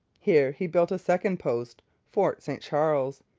here he built a second post, fort st charles,